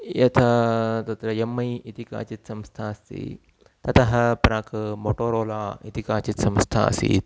यथा तत्र M I इति काचित् संस्था अस्ति ततः प्राक् मोटोरोला इति काचित् संस्था आसीत्